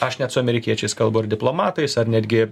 aš net su amerikiečiais kalbu ar diplomatais ar netgi